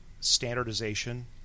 standardization